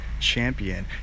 champion